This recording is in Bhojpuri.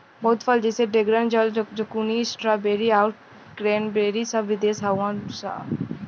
बहुत फल जैसे ड्रेगन फल, ज़ुकूनी, स्ट्रॉबेरी आउर क्रेन्बेरी सब विदेशी हाउअन सा